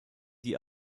die